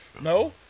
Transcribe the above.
No